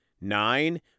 Nine